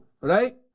right